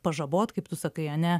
pažabot kaip tu sakai ane